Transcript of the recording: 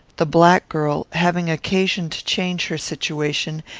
the black girl, having occasion to change her situation,